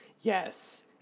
Yes